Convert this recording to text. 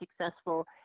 successful